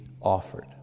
offered